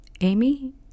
Amy